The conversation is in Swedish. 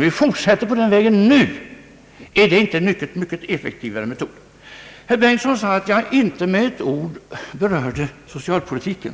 Vi fortsätter på den vägen. Är det inte en mycket effektivare metod? Herr Bengtson sade att jag inte med ett ord berörde socialpolitiken.